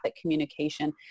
communication